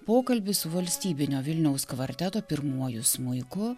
pokalbis su valstybinio vilniaus kvarteto pirmuoju smuiku